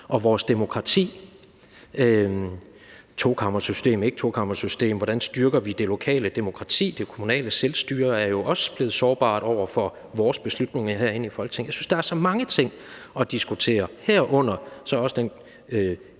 og vores demokrati: tokammersystem, ikketokammersystem, hvordan styrker vi det lokale demokrati? Det kommunale selvstyre er jo også blevet sårbart over for vores beslutninger herinde i Folketinget. Jeg synes, der er så mange ting at diskutere, herunder så også den